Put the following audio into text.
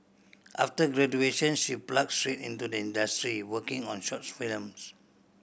after graduation she plunged straight into the industry working on short films